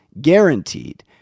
guaranteed